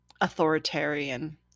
authoritarian